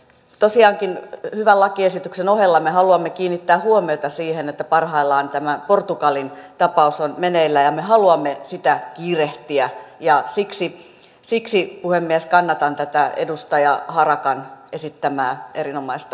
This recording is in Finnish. tosiaankin hyvän lakiesityksen ohella me haluamme kiinnittää huomiota siihen että parhaillaan tämä portugalin tapaus on meneillään ja me haluamme sitä kiirehtiä ja siksi puhemies kannatan tätä edustaja harakan esittämää erinomaista lausumaa